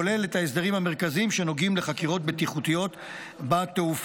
הכולל את ההסדרים המרכזיים שנוגעים לחקירות בטיחותיות בתעופה.